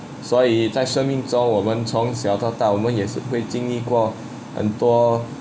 所以在生命中我们从小到大我们也是会经历过很多